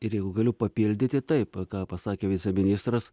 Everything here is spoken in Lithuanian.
ir jeigu galiu papildyti taip ką pasakė viceministras